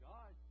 God